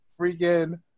freaking